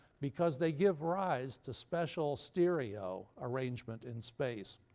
because they give rise to special stereo arrangement in space.